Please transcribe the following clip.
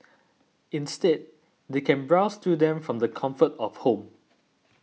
instead they can browse through them from the comfort of home